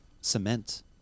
Cement